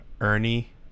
Ernie